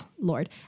Lord